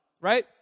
Right